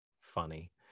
funny